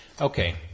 Okay